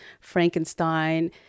Frankenstein